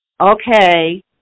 okay